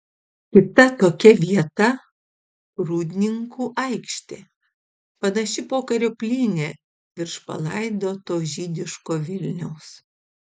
kita tokia vieta rūdninkų aikštė panaši pokario plynė virš palaidoto žydiško vilniaus